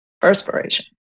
perspiration